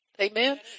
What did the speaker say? Amen